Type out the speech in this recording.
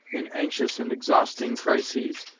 in anxious and exhausting crises,